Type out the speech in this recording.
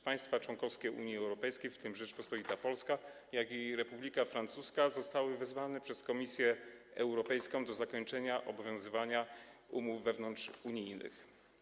Państwa członkowskie Unii Europejskiej, w tym Rzeczpospolita Polska, jak i Republika Francuska, zostały wezwane przez Komisję Europejską do zakończenia obowiązywania umów wewnątrzunijnych.